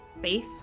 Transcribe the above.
safe